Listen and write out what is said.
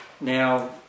now